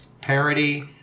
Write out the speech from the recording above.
parody